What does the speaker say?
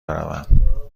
بروم